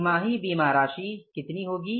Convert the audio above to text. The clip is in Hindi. तिमाही बीमा राशि कितनी होगी